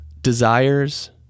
desires